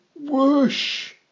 whoosh